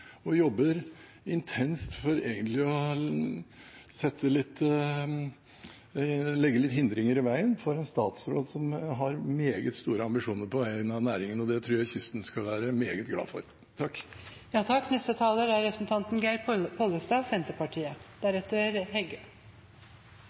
og jobber intenst for å legge litt hindringer i veien for en statsråd som har meget store ambisjoner på vegne av næringen. Det tror jeg kysten skal være meget glad for.